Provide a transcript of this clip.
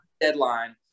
deadline